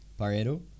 Pareto